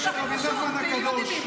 בואו נקריא.